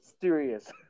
serious